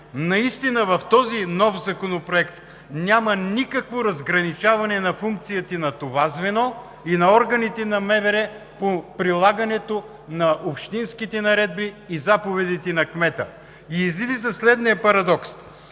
Наистина в този нов законопроект няма никакво разграничаване на функциите на това звено и на органите на МВР по прилагането на общинските наредби и заповедите на кмета. Излиза следният парадокс,